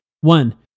One